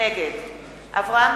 נגד אברהם דיכטר,